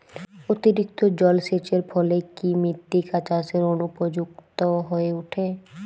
অতিরিক্ত জলসেচের ফলে কি মৃত্তিকা চাষের অনুপযুক্ত হয়ে ওঠে?